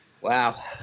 Wow